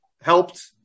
helped